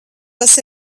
tas